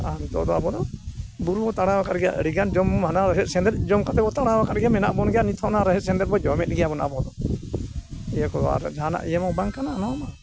ᱟᱨ ᱱᱤᱛᱳᱜ ᱫᱚ ᱟᱵᱚ ᱫᱚ ᱵᱩᱨᱩ ᱵᱚᱱ ᱛᱟᱲᱟᱣ ᱟᱠᱟᱫ ᱜᱮᱭᱟ ᱟᱹᱰᱤᱜᱟᱱ ᱡᱚᱢ ᱦᱟᱱᱟ ᱨᱮᱦᱮᱫ ᱥᱮᱸᱫᱮᱛ ᱡᱚᱢ ᱠᱟᱛᱮᱫ ᱵᱚᱱ ᱛᱟᱲᱟᱣ ᱟᱠᱟᱫ ᱜᱮᱭᱟ ᱢᱮᱱᱟᱜ ᱵᱚᱱ ᱜᱮᱭᱟ ᱱᱤᱛᱦᱚᱸ ᱚᱱᱟ ᱨᱮᱦᱮᱫ ᱥᱮᱸᱫᱮᱛ ᱵᱚᱱ ᱡᱚᱢᱮᱜ ᱜᱮᱭᱟ ᱟᱵᱚ ᱫᱚ ᱤᱭᱟᱹ ᱠᱚ ᱟᱨ ᱡᱟᱦᱟᱱᱟᱜ ᱤᱭᱟᱹ ᱦᱚᱸ ᱵᱟᱝ ᱠᱟᱱᱟ ᱱᱚᱣᱟ ᱢᱟ